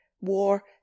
war